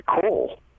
cool